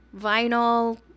vinyl